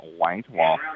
Whitewall